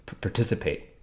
participate